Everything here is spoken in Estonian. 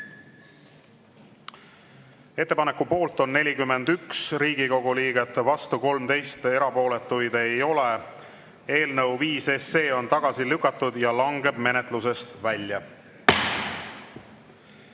Ettepaneku poolt oli 46 Riigikogu liiget, vastu 14, erapooletuid 0. Eelnõu 7 on tagasi lükatud ja langeb menetlusest välja.